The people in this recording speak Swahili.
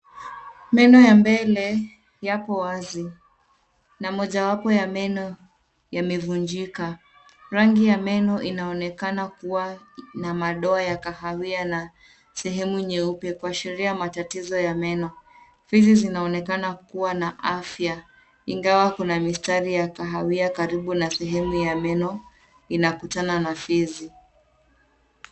Meno ya mbele yapo wazi na mojawapo ya meno yamevunjika. Rangi ya meno inaonekana kuwa na madoa ya kahawia na sehemu nyeupe kuashiria matatizo ya meno. Fizi zinaonekana kuwa na afya ingawa kuna mistari ya kahawia karibu na sehemu ya meno inakutana na fizi.